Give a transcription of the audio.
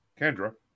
Kendra